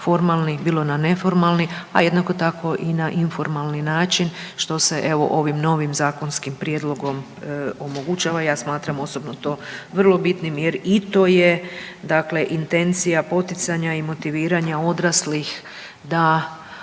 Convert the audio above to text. formalni, bilo na neformalni, a jednako tako i na informalni način što se evo ovim novim zakonskim prijedlogom omogućava i ja smatram osobno to vrlo bitnim jer i to je intencija poticanja i motiviranja odraslih da